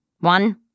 One